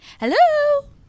Hello